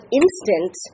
instant